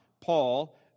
Paul